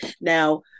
now